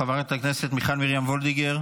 חברת הכנסת מיכל מרים וולדיגר,